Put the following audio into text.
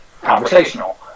conversational